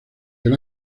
del